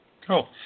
Cool